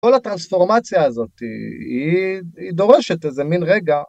כל הטרנספורמציה הזאת היא דורשת איזה מין רגע...